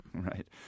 Right